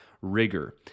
rigor